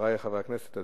חברי חברי הכנסת,